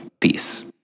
Peace